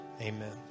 Amen